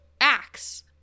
axe